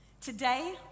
Today